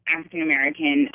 African-American